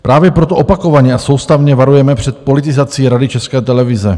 Právě proto opakovaně a soustavně varujeme před politizací Rady České televize.